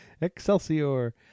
Excelsior